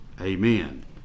Amen